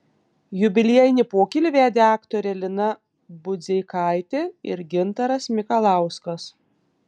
jubiliejinį pokylį vedė aktorė lina budzeikaitė ir gintaras mikalauskas